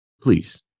please